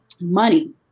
money